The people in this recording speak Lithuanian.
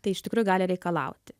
tai iš tikrųjų gali reikalauti